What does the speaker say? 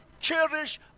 cherish